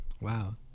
Wow